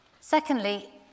Secondly